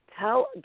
tell